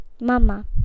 Mama